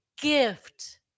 gift